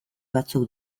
batzuk